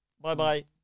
Bye-bye